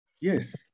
Yes